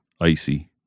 icy